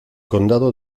condado